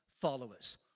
followers